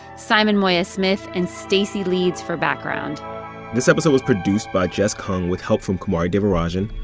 simon moya-smith and stacy leeds for background this episode was produced by jess kung with help from kumari devarajan,